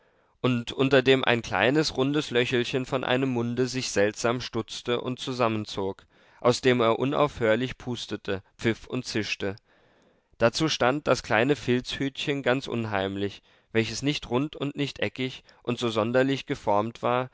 und unter dem ein kleines rundes löchelchen von einem munde sich seltsam stutzte und zusammenzog aus dem er unaufhörlich pustete pfiff und zischte dazu stand das kleine filzhütchen ganz unheimlich welches nicht rund und nicht eckig und so sonderlich geformt war